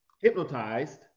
Hypnotized